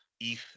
ETH